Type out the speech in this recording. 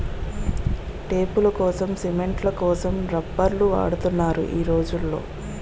టేపులకోసం, సిమెంట్ల కోసం రబ్బర్లు వాడుతున్నారు ఈ రోజుల్లో